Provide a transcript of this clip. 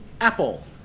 apple